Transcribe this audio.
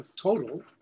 total